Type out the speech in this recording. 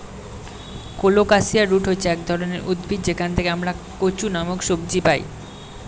colocasia root হচ্ছে এক ধরনের উদ্ভিদ যেখান থেকে আমরা কচু নামক সবজি পাই